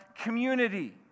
community